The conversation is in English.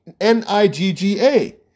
N-I-G-G-A